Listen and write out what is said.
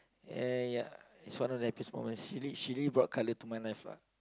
and ya it's one of the happiest moments she really she really brought color to my life ah